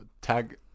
Tag